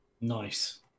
Nice